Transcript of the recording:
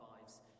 lives